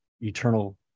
eternal